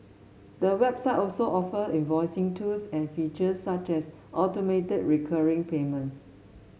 the website also offer invoicing tools and features such as automated recurring payments